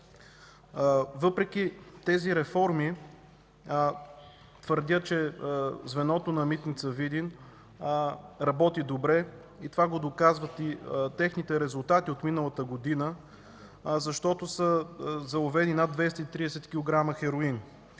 Въпреки тези реформи твърдя, че звеното на Митница – Видин работи добре и това го доказват и техните резултати от миналата година, защото са заловени над 230 килограма